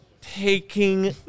taking